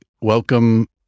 welcome